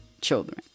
children